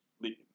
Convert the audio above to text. leave